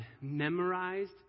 memorized